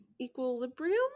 equilibrium